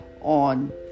on